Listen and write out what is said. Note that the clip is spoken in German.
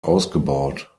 ausgebaut